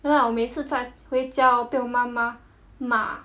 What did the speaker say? ya lah 我每次在回家哦被我妈妈骂